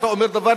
אתה אומר דבר,